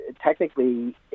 technically